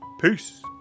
peace